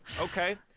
okay